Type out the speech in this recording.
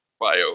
bio